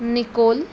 nicole